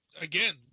again